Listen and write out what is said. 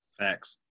Facts